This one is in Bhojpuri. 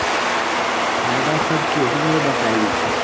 फायदा सब केहू मे बटाई